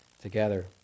together